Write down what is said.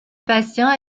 patient